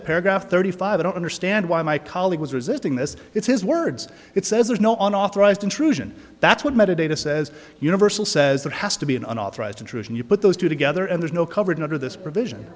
a paragraph thirty five i don't understand why my colleague was resisting this it's his words it says there's no on authorized intrusion that's what metadata says universal says that has to be an unauthorized intrusion you put those two together and there's no coverage under this provision